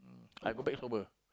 I go back sober